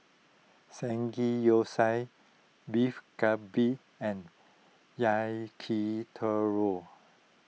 Samgeyopsal Beef Galbi and Yakitori